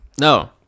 No